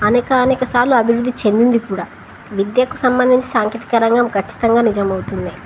అనేక అనేక సార్లు అభివృద్ధి చెందింది కూడా విద్యకు సంబంధించి సాంకేతికరంగం ఖచ్చితంగా నిజం అవుతుంది